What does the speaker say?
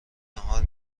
ناهار